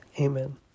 Amen